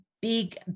big